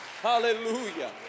Hallelujah